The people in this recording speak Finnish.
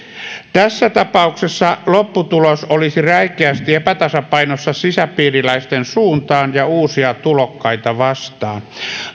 tässä tapauksessa lopputulos olisi räikeästi epätasapainossa sisäpiiriläisten suuntaan ja uusia tulokkaita vastaan